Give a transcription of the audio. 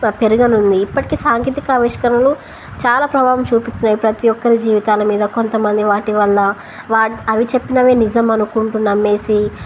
పెరుగనుంది ఇప్పటిక సాంకేతిక ఆవిష్కరణలు చాలా ప్రభావం చూపిస్తున్నాయి ప్రతి ఒక్కరి జీవితాల మీద కొంతమంది వాటి వల్ల వా అవి చెప్పినవే నిజం అనుకుంటూ నమ్మేసి